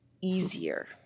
easier